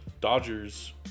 Dodgers